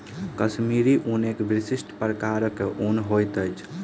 कश्मीरी ऊन एक विशिष्ट प्रकारक ऊन होइत अछि